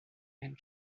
and